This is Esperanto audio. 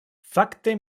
fakte